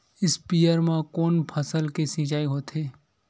स्पीयर म कोन फसल के सिंचाई होथे?